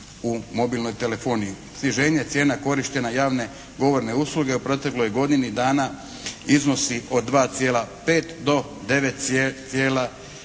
u mobilnoj telefoniji. Sniženje cijena korištenja javne govorne usluge u protekloj godini dana iznosi od 2,5 do 9,6.